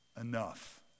enough